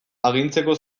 agintzeko